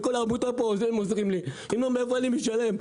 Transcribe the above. אין לי מאיפה לשלם.